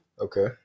Okay